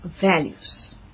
values